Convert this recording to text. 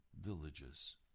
villages